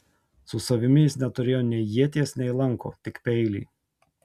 su savimi jis neturėjo nei ieties nei lanko tik peilį